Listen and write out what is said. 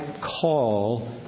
call